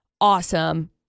awesome